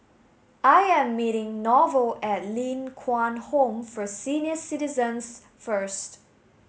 I am meeting Norval at Ling Kwang Home for Senior Citizens first